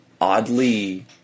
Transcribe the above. oddly